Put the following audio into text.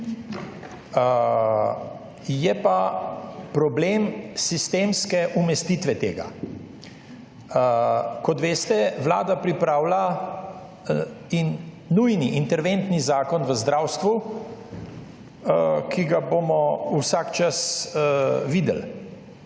Je pa problem sistemske umestitve tega. Kot veste, vlada pripravlja nujni interventni zakon v zdravstvu, ki ga bomo vsak čas videli.